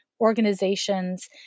organizations